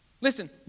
Listen